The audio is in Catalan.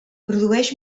produeix